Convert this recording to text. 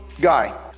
guy